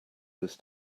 this